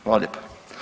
Hvala lijepo.